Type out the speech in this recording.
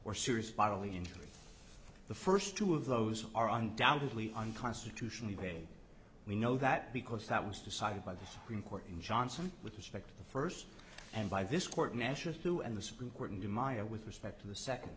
or serious bodily injury the first two of those are undoubtedly unconstitutionally way we know that because that was decided by the supreme court in johnson with respect to the first and by this court measure two and the supreme court in the mire with respect to the second